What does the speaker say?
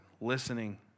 listening